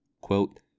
quote